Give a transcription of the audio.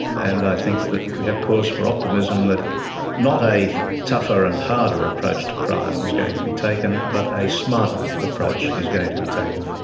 and i think that we have cause for optimism that not a tougher and harder approach to crime is going to be taken, but a smarter approach is going to be taken.